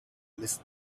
mist